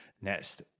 next